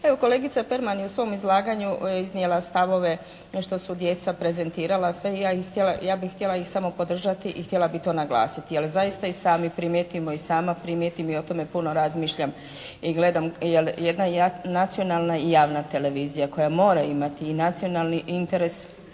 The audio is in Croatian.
Evo, kolegica Perman je u svom izlaganju iznijela stavove što su djeca prezentirala. Ja bih htjela ih samo podržati i htjela bih to naglasiti. Ali zaista i sami primjećujemo i sama primijetim i o tome puno razmišljam jer jedna nacionalna i javna televizija koja mora imati i nacionalni interes